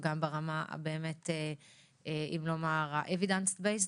וגם ברמה ה-Evidence based,